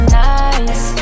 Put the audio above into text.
nice